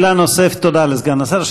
תודה לסגן השר.